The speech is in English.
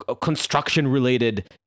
construction-related